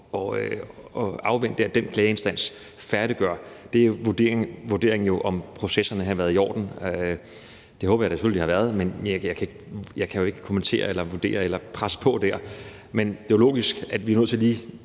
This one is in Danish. at afvente, at den klageinstans færdiggør det. Det er jo en vurdering af, om processerne har været i orden. Det håber jeg da selvfølgelig at de har været, men jeg kan jo ikke kommentere eller vurdere eller presse på dér. Men det er jo logisk, at vi, når vi står